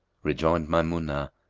rejoined maymunah,